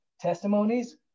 testimonies